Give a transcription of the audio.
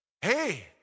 Hey